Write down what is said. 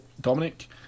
Dominic